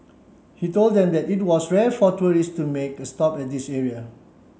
he told them that it was rare for tourists to make a stop at this area